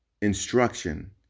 instruction